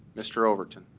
mr. overton.